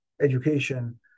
education